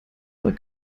oder